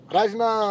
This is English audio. Rajna